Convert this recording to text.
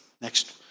next